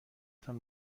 تان